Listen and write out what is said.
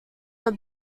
were